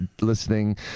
listening